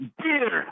beer